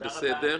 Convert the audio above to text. זה בסדר.